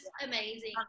amazing